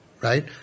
right